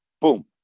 Boom